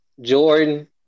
Jordan